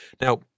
Now